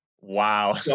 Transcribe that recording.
Wow